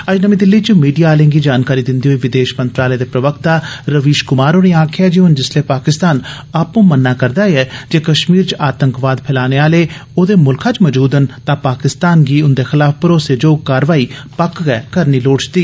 अज्ज नर्मी दिल्ली च मीडिया आलें गी जानकारी दिन्दे होई विदेश मंत्रालय दे प्रवक्ता रवीश क्मार होरें आक्खेया कि हूंन जिसलै पाकिस्तान आंपू मन्नै करदा ऐ जे कश्मीर च आतंकवाद फैलाने आले ओदे म्ल्खै च मजूद न तां पाकिस्तान गी उन्दे खलाफ भरोसेजोग कारवाई करनी लोड़चदी